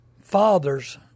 fathers